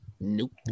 Nope